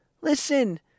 Listen